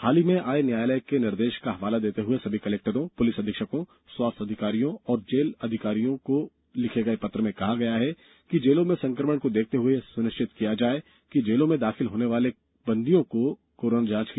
हाल ही में आये न्यायालय के निर्देष का हवाला देते हुए सभी कलेक्टरों प्रलिस अधीक्षको स्वास्थ्य अधिकारियों और जेल अधिकारियों को लिखे गये पत्र में कहा गया है कि जेलों में संकमण को देखते हुए यह सुनिष्वित किया जाये कि जेलों में दाखिल होने वाले बंदियों की कोरोना जांच हो